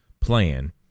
plan